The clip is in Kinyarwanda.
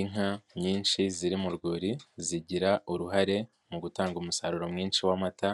Inka nyinshi ziri mu rwuri zigira uruhare mu gutanga umusaruro mwinshi w'amata